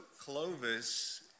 Clovis